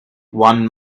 one